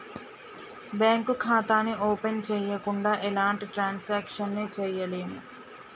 bank ఖాతాని open చెయ్యకుండా ఎలాంటి ట్రాన్సాక్షన్స్ ని చెయ్యలేము